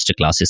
masterclasses